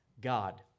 God